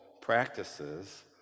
practices